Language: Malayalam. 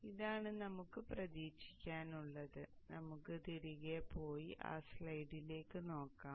അതിനാൽ ഇതാണ് നമുക്ക് പ്രതീക്ഷിക്കാൻ ഉള്ളത് നമുക്ക് തിരികെ പോയി ആ സ്ലൈഡിലേക്ക് നോക്കാം